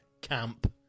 camp